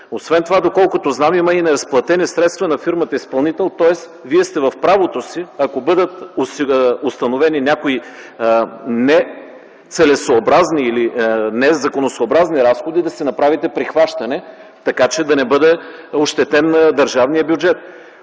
Освен това, доколкото знам, и неизплатени средства на фирмата изпълнител. Тоест Вие сте в правото си, ако бъдат установени някои нецелесъобразни или незаконосъобразни разходи, да си направите прихващане, така че да не бъде ощетен държавният бюджет.